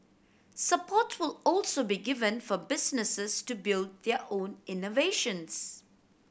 support will also be given for businesses to build their own innovations